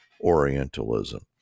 Orientalism